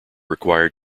required